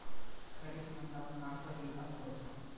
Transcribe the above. खरीप हंगाम हा कधी असतो?